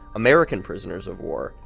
american prisoners of war,